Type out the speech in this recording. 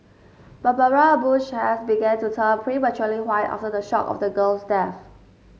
Barbara Bush hairs began to turn prematurely white after the shock of the girl's death